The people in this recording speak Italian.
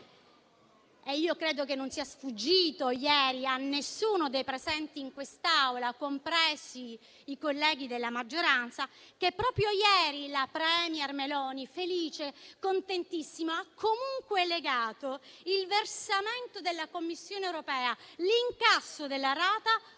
143. Credo che non sia sfuggito a nessuno dei presenti in quest'Aula, compresi i colleghi della maggioranza, che proprio ieri la *premier* Meloni, felice e contentissima, ha comunque legato il versamento della Commissione europea e l'incasso della rata proprio